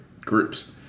groups